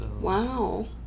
Wow